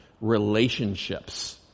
relationships